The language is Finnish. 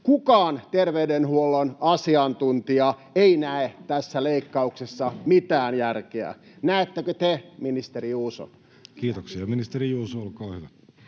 Kukaan terveydenhuollon asiantuntija ei näe tässä leikkauksessa mitään järkeä. Näettekö te, ministeri Juuso? Kiitoksia. — Ministeri Juuso, olkaa hyvä.